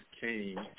came